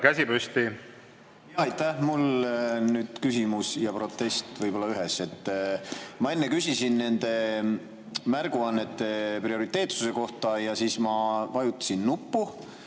käsi püsti. Aitäh! Mul on nüüd küsimus ja protest võib-olla ühes. Ma enne küsisin nende märguannete prioriteetsuse kohta ja siis vajutasin nuppu